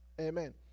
Amen